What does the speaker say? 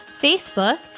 Facebook